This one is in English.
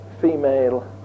female